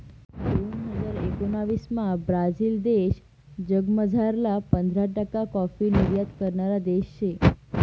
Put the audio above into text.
दोन हजार एकोणाविसमा ब्राझील देश जगमझारला पंधरा टक्का काॅफी निर्यात करणारा देश शे